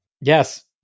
Yes